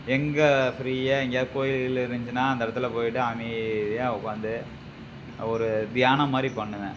எங்கே ஃப்ரீயாக எங்கேயாது கோயில் கீயிலு இருந்துச்சுன்னா அந்த இடத்துல போய்விட்டு அமைதியாக உட்காந்து ஒரு தியானம் மாதிரி பண்ணுவேன்